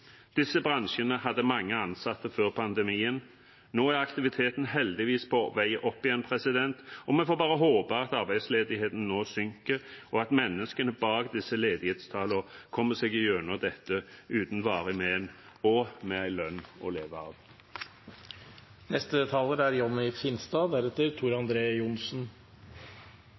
Disse bransjene hadde mange ansatte før pandemien. Nå er aktiviteten heldigvis på vei opp igjen, og vi får bare håpe at arbeidsledigheten nå synker, og at menneskene bak disse ledighetstallene kommer seg gjennom dette uten varige men og med en lønn å leve av. For oss i transportkomiteen er